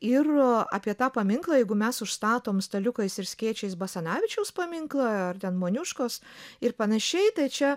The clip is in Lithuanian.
ir apie tą paminklą jeigu mes užstatom staliukais ir skėčiais basanavičiaus paminklą ar ten moniuškos ir panašiai tai čia